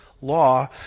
law